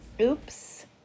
Oops